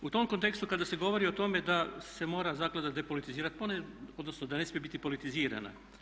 U tom kontekstu kada se govori o tome da se mora zaklada depolitizirati, odnosno da ne smije biti politizirana.